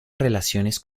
relaciones